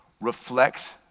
reflects